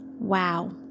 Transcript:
Wow